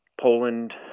Poland